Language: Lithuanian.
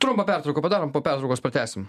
trumpą pertrauką padarom po pertraukos pratęsim